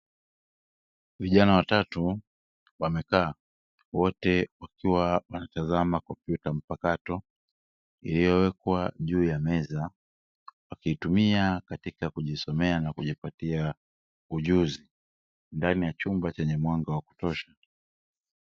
Vijana watatu wamekaa wote wakiwa wanatazama kompyuta mpakato, iliyowekwa juu ya meza. Wakitumia katika kujisomea na kujipatia ujuzi, ndani ya chumba chenye mwanga wa kutosha.